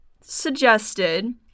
suggested